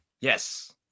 Yes